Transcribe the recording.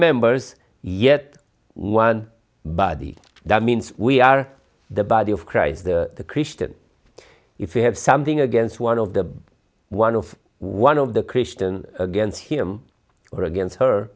members yet one body that means we are the body of christ the christian if we have something against one of the one of one of the christian against him or against her